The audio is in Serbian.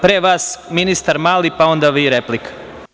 Pre vas ministar Mali, pa onda vi repliku.